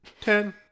ten